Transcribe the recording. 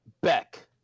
Beck